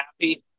happy